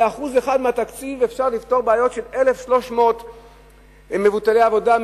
ב-1% מהתקציב אפשר לפתור בעיות של 1,300 מובטלי עבודה,